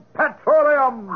petroleum